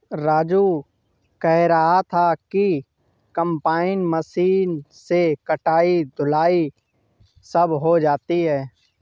राजू कह रहा था कि कंबाइन मशीन से कटाई धुलाई सब हो जाती है